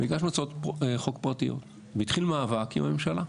הגשנו הצעות חוק פרטיות, והתחיל מאבק עם הממשלה.